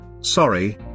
Sorry